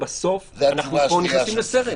בסוף אנחנו נכנסים פה לסרט,